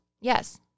Yes